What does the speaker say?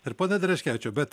ir pone dereškevičiau bet